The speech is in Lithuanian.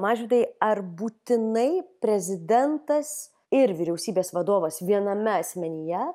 mažvydai ar būtinai prezidentas ir vyriausybės vadovas viename asmenyje